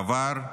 בעבר,